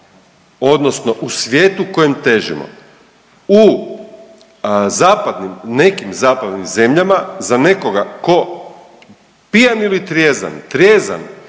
odnosno u svijetu kojim težimo. U zapadnim nekim zapadnim zemljama za nekoga ko pijan ili trijezan, trijezan